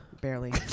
barely